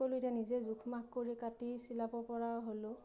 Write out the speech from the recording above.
সকলো এতিয়া নিজে জোখ মাখ কৰি কাটি চিলাব পৰা হ'লো